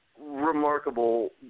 remarkable